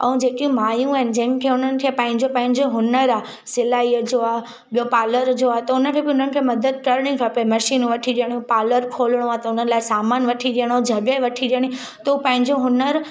ऐं जेके माइयूं आहिनि जिन खे उन्हनि खे पंहिंजो पांहिंजो हुनर आहे सिलाईअ जो आहे ॿियो पार्लर जो आहे त उनखे बि उन्हनि खे मदद करिणी खपे मशीन वठी ॾेयण पार्लर खोलिणो आहे त उन्हनि लाइ सामान वठी ॾेयणो जॻह वठी ॾेयणी थो पंहिंजो हुनर